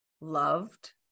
loved